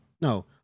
No